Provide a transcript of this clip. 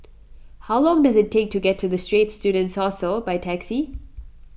how long does it take to get to the Straits Students Hostel by taxi